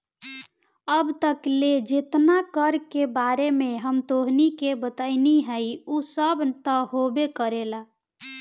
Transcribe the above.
अब तक ले जेतना कर के बारे में हम तोहनी के बतइनी हइ उ सब त होबे करेला